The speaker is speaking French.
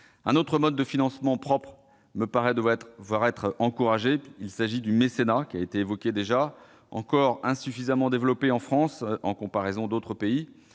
Un autre mode de financement propre me paraît devoir être encouragé : le mécénat, qui a déjà été évoqué. Encore insuffisamment développé en France, en comparaison d'autres pays,